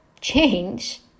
change